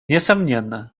несомненно